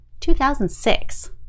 2006